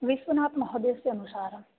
विश्वनाथमहोदयस्य अनुसारम्